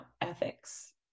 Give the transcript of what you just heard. ethics